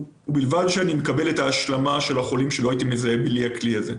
ובלבד שאני מקבל את ההשלמה של החולים שלא הייתי מזהה בלי הכלי הזה.